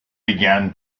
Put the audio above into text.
began